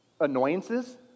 Annoyances